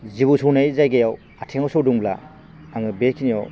जिबौ सौनाय जायगायाव आथिङाव सौदोंब्ला आङो बे खिनियाव